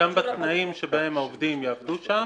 וגם לגבי התנאים שבהם העובדים יעבדו שם.